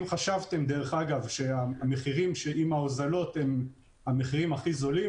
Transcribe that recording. אם חשבתם שעם ההוזלות המחירים הם המחירים הכי זולים,